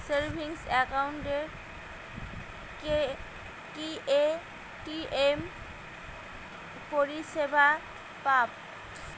Savings একাউন্টে কি ATM পরিসেবা পাব?